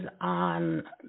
on